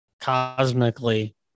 cosmically